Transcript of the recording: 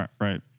Right